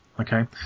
Okay